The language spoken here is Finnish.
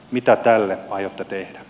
mitä tälle aiotte tehdä